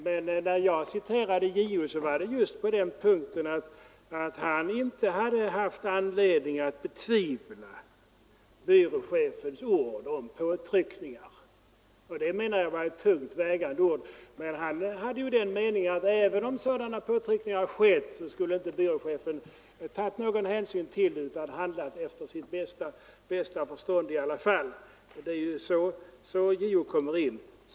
Men när jag citerade JO gällde det just att han inte haft anledning att betvivla byråchefens ord om påtryckningar, och det anser jag vara ett tungt vägande vittnesbörd. JO hade emellertid den meningen att även om sådana påtryckningar skett skulle byråchefen inte ha tagit någon hänsyn till dem utan handlat efter bästa förstånd i alla fall. — Det är så JO kommer in i bilden.